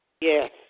Yes